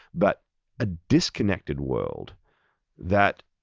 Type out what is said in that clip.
but a disconnected world that,